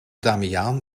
damiaan